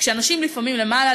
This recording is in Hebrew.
כשאנשים לפעמים למעלה,